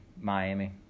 Miami